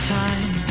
time